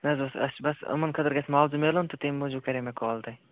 مےٚ حظ اوس اَسہِ چھُ بس یِمن خٲطرٕ گَژھِ معاوضہٕ میلُن تہٕ تَمہِ موٗجوٗب کَریو مےٚ کال تۄہہِ